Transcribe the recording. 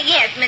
Yes